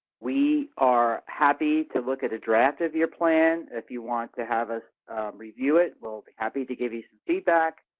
we are happy to look at a draft of your plan if you want to have us review it, we will be happy to give you some feedback.